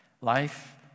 Life